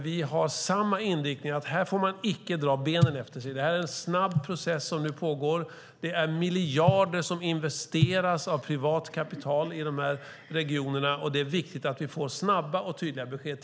Vi har samma inriktning att här får man icke dra benen efter sig. Det är en snabb process som nu pågår. Det är miljarder som investeras av privat kapital i de här regionerna, och det är viktigt att vi får snabba och tydliga besked.